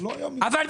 זה לא היה --- רביבו,